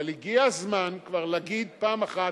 אבל הגיע הזמן כבר להגיד פעם אחת: